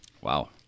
Wow